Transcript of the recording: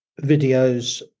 videos